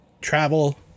travel